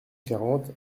quarante